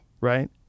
right